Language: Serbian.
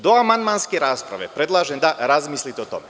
Do amandmanske rasprave, predlažem da razmislite o tome.